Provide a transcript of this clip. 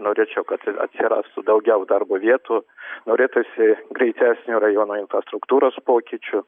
norėčiau kad atsirastų daugiau darbo vietų norėtųsi greitesnių rajono infrastruktūros pokyčių